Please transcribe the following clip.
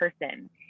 person